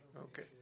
Okay